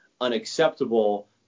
unacceptable